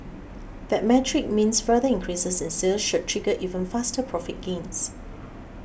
that metric means further increases in sales should trigger even faster profit gains